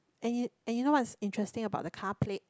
and y~ and you know what's interesting about the car plate